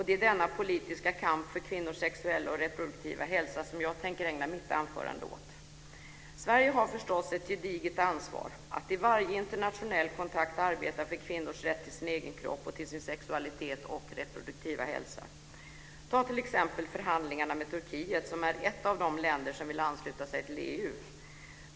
Det är denna politiska kamp för kvinnors sexuella och reproduktiva hälsa som jag tänker ägna mitt anförande åt. Sverige har förstås ett gediget ansvar att vid varje internationell kontakt arbeta för kvinnors rätt till sin egen kropp och till sin sexualitet och reproduktiva hälsa. Ta t.ex. förhandlingarna med Turkiet, som är ett av de länder som vill ansluta sig till EU!